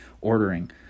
ordering